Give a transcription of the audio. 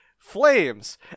Flames